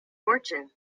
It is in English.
fortune